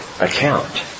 account